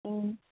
ꯎꯝ